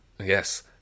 Yes